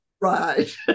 Right